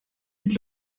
mit